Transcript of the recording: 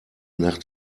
nach